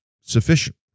sufficient